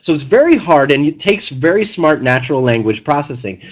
so it's very hard and it takes very smart natural language processing,